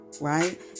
right